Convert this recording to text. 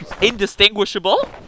indistinguishable